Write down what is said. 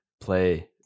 play